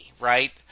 right